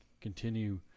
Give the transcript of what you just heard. continue